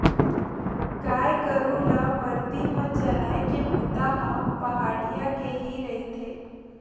गाय गरु ल बरदी म चराए के बूता ह पहाटिया के ही रहिथे